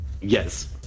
Yes